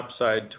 upside